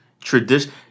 Tradition